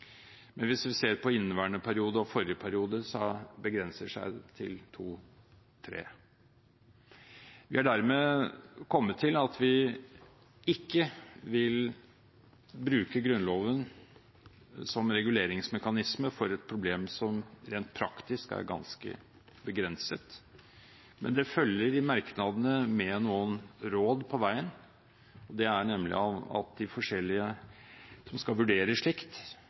Hvis vi ser på inneværende periode og forrige periode, begrenser det seg til to–tre. Vi er dermed kommet til at vi ikke vil bruke Grunnloven som reguleringsmekanisme for et problem som rent praktisk er ganske begrenset, men det følger i merknadene med noen råd på veien. Det er at de forskjellige som skal vurdere slikt,